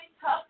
tough